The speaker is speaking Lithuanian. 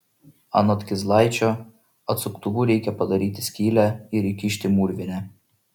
anot kizlaičio atsuktuvu reikia padaryti skylę ir įkišti mūrvinę